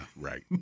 Right